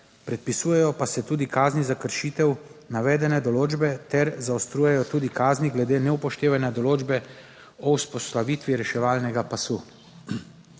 predpisujejo pa se tudi kazni za kršitev navedene določbe ter zaostrujejo tudi kazni glede neupoštevanja določbe o vzpostavitvi reševalnega 38.